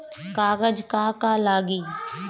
कागज का का लागी?